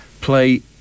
play